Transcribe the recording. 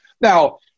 Now